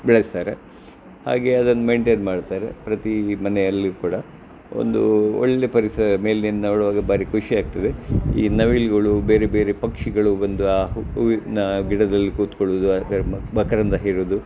ಬೆಳೆಸ್ತಾರೆ ಹಾಗೆ ಅದನ್ನ ಮೇಯ್ನ್ಟೇನ್ ಮಾಡ್ತಾರೆ ಪ್ರತಿ ಮನೆಯಲ್ಲಿ ಕೂಡ ಒಂದು ಒಳ್ಳೆ ಪರಿಸರ ಮೇಲಿಂದ ನೋಡುವಾಗ ಬಾರಿ ಖುಷಿ ಆಗ್ತದೆ ಈ ನವಿಲ್ಗಳು ಬೇರೆ ಬೇರೆ ಪಕ್ಷಿಗಳು ಬಂದು ಆ ಹೂವಿನ ಗಿಡದಲ್ಲಿ ಕೂತ್ಕೊಳ್ಳೋದು ಅದರ ಮಕರಂದ ಹೀರೋದು